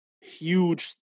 huge